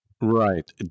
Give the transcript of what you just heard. Right